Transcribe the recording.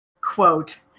quote